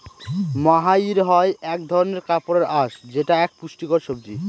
মহাইর হয় এক ধরনের কাপড়ের আঁশ যেটা এক পুষ্টিকর সবজি